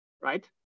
right